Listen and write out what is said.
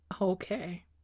okay